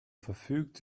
verfügt